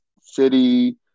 City